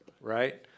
Right